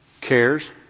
cares